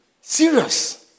serious